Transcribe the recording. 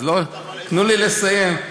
תנו לי לסיים,